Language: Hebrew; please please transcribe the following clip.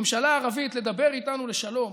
ממשלה ערבית לדבר איתנו לשלום,